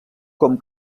com